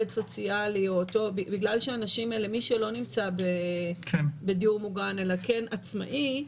מי שלא נמצא בדיור מוגן אלא כן עצמאי,